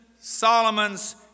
Solomon's